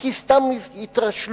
כי סתם התרשלו,